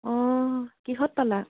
অঁ কিহত পালা